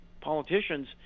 politicians